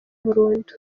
burundu